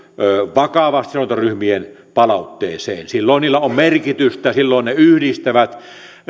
vakavasti seurantaryhmien palautteeseen silloin niillä on merkitystä silloin ne yhdistävät